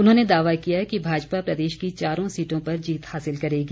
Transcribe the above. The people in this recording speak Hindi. उन्होंने दावा किया कि भाजपा प्रदेश की चारों सीटों पर जीत हासिल करेगी